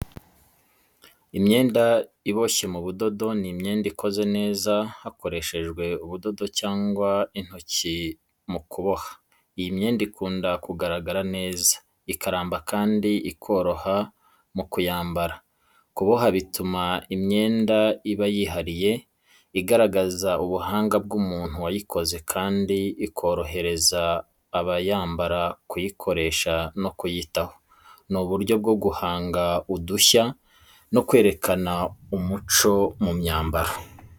Imyenda iboshye mu budodo, ni imyenda ikoze neza hakoreshejwe ubudodo cyangwa intoki mu kuboha. Iyi myenda ikunda kugaragara neza, ikaramba kandi ikoroha mu kuyambara. Kuboha bituma imyenda iba yihariye, igaragaza ubuhanga bw’umuntu wayikoze, kandi ikorohereza abayambara kuyikoresha no kuyitaho. Ni uburyo bwo guhanga udushya no kwerekana umuco mu myambaro.